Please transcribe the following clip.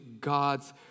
God's